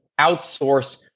outsource